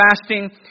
fasting